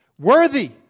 Worthy